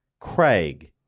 Craig